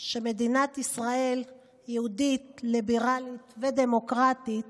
שמדינת ישראל יהודית, ליברלית ודמוקרטית